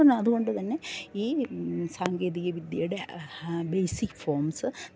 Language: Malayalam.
അതുകൊണ്ട് തന്നെ ഈ സാങ്കേതിക വിദ്യയുടെ ബേസിക് ഫോംസ്